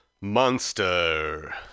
Monster